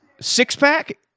Six-pack